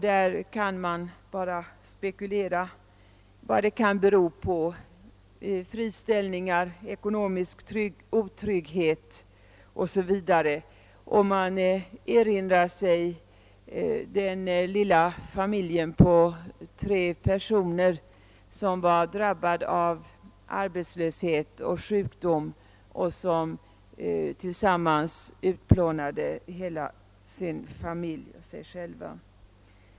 Man kan bara spekulera över vad det kan bero på: friställningar, ekonomisk otrygghet osv. Man erinrar sig den lilla familjen på tre personer som drabbats av arbetslöshet och sjukdom och som utplånade sig själv helt.